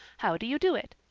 how do you do it?